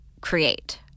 create